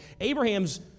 Abraham's